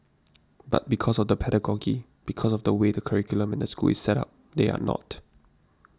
but because of the pedagogy because of the way the curriculum and the school is set up they are not